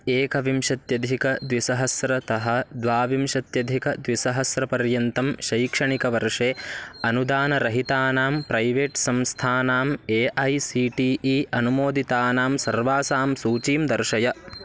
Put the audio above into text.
एकविंशत्यधिकद्विसहस्रतः द्वाविंशत्यधिकद्विसहस्रपर्यन्तं शैक्षणिकवर्षे अनुदानरहितानां प्रैवेट् संस्थानाम् A I C T E अनुमोदितानां सर्वासां सूचीं दर्शय